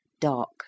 dark